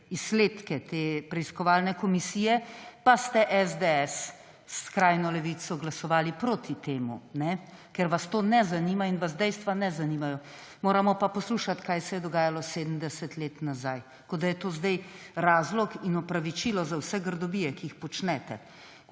izsledke te preiskovalne komisije, pa ste SDS s skrajno levico glasovali proti temu, ker vas to ne zanima in vas dejstva ne zanimajo. Moramo pa poslušati, kaj se je dogajalo 70 let nazaj, kot da je to zdaj razlog in opravičilo za vse grdobije, ki jih počnete.